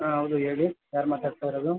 ಆಂ ಹೌದು ಹೇಳಿ ಯಾರು ಮಾತಾಡ್ತಾ ಇರೋದು